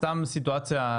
סתם סיטואציה,